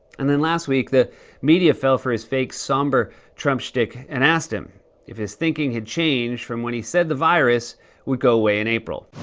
and then, last week, the media fell for his fake somber trump shtick and asked him if his thinking had changed from when he said the virus would go away in april.